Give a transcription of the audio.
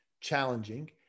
challenging